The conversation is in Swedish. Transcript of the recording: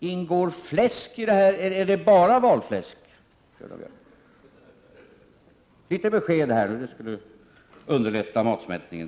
Ingår fläsk i detta, eller är det bara valfläsk, Gunnar Björk? Jag tror att litet besked på den här punkten skulle underlätta matsmältningen.